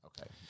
Okay